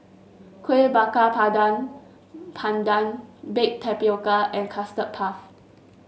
Kueh Bakar Pardon pandan Baked Tapioca and Custard Puff